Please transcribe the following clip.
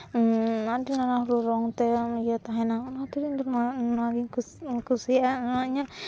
ᱟᱹᱰᱤ ᱱᱟᱱᱟᱼᱦᱩᱱᱟᱹᱨ ᱨᱚᱝᱛᱮ ᱤᱭᱟᱹ ᱛᱟᱦᱮᱱᱟ ᱚᱱᱟᱛᱮ ᱤᱧᱫᱚ ᱱᱚᱣᱟᱜᱤᱧ ᱠᱩᱥᱤᱭᱟᱜᱼᱟ ᱤᱧᱟᱹᱜ